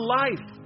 life